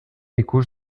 ikus